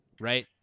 right